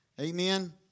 Amen